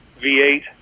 V8